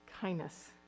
kindness